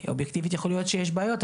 אובייקטיבית יכול להיות שיש בעיות,